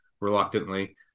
reluctantly